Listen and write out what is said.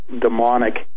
demonic